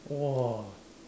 !wah!